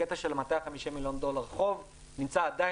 והקטע של 250 מיליון דולר חוב נמצא עדין